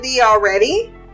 already